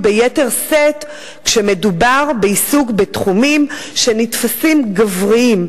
ביתר שאת כשמדובר בעיסוק בתחומים שנתפסים גבריים,